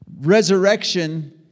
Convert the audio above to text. Resurrection